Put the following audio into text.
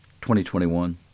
2021